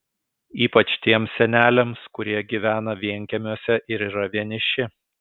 ypač tiems seneliams kurie gyvena vienkiemiuose ir yra vieniši